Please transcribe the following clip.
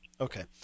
okay